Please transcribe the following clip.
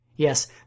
Yes